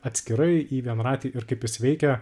atskirai į vienratį ir kaip jis veikia